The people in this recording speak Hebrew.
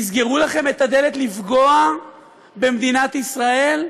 יסגרו לכם את הדלת לפגוע במדינת ישראל?